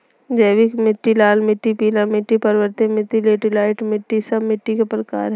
जैविक मिट्टी, लाल मिट्टी, पीला मिट्टी, पर्वतीय मिट्टी, लैटेराइट मिट्टी, सब मिट्टी के प्रकार हइ